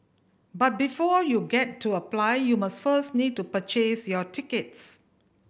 but before you get to apply you must first need to purchase your tickets